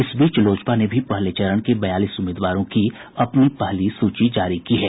इस बीच लोजपा ने भी पहले चरण के बयालीस उम्मीदवारों की अपनी पहली सूची जारी की है